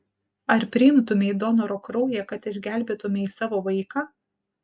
ar priimtumei donoro kraują kad išgelbėtumei savo vaiką